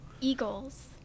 Eagles